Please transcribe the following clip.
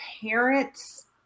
parents